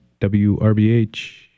WRBH